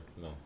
no